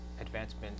Advancement